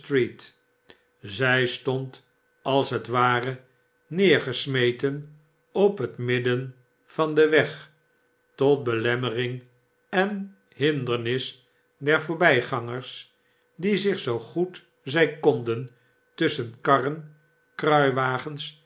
zij stond als het ware neergesmeten op het midden van den weg tot belemmering en hindernis der voorbijgangers die zich zoo goed zij konden tusschen karren